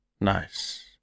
nice